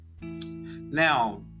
now